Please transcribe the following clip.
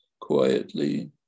quietly